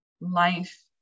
life